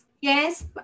yes